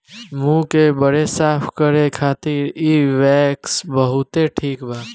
मुंह के बरे साफ करे खातिर इ वैक्स बहुते ठिक बा